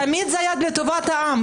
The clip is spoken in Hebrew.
תמיד זה היה בטובת העם,